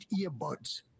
earbuds